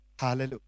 Hallelujah